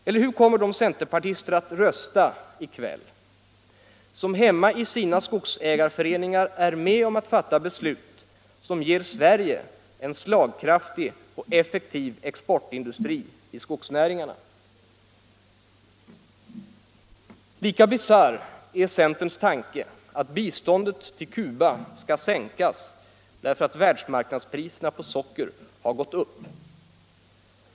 Eller hur kommer de centerpartister att rösta i kväll som hemma i sina skogsägarföreningar är med om att fatta beslut som ger Sverige en slagkraftig och effektiv exportindustri i skogsnäringarna? Lika bisarr är centerns tanke att biståndet till Cuba skall sänkas därför att världsmarknadspriset på socker har gått upp.